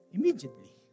Immediately